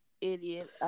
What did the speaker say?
idiot